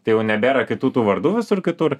tai jau nebėra kitų tų vardų visur kitur